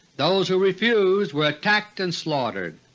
those who refused were attacked and slaughtered.